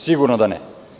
Sigurno da ne.